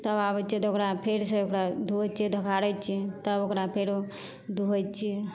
तब आबैत छियै तऽ ओकरा फेरसँ ओकरा धोइ छियै ढगहारै छियै तब ओकरा फेरो दुहैत छियै